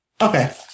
Okay